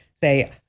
say